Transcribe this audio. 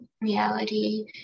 reality